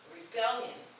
rebellion